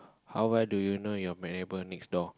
how well do you know your neighbour next door